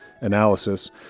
analysis